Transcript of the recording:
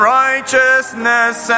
righteousness